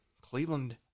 Cleveland